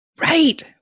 Right